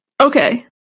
Okay